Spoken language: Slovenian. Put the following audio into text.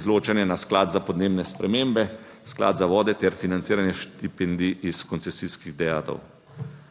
izločanje na sklad za podnebne spremembe, Sklad za vode ter financiranje štipendij iz koncesijskih dajatev.